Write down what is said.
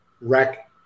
wreck